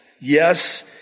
Yes